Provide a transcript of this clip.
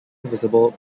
visible